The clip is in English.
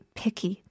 picky